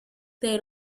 they